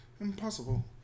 Impossible